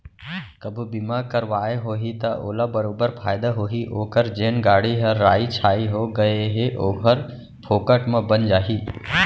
कभू बीमा करवाए होही त ओला बरोबर फायदा होही ओकर जेन गाड़ी ह राइ छाई हो गए हे ओहर फोकट म बन जाही